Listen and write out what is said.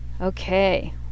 Okay